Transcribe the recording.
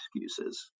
excuses